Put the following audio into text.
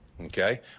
Okay